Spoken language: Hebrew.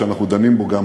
שאנחנו דנים בו גם היום,